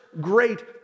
great